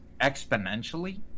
exponentially